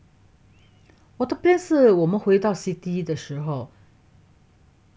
water plane 是我们回到 city 的时候